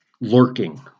lurking